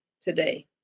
today